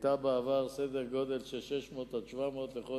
בעבר היא היתה בסדר גודל של 600 700 לחודש,